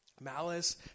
Malice